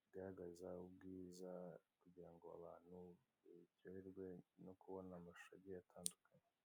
bigaragaza ubwiza kugira ngo abantu baryoherwe no kubona amashusho agiye atandukanye.